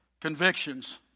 convictions